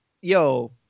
Yo